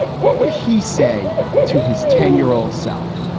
what would he say to his ten year old self?